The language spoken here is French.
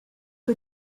que